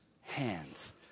Hands